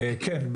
כן.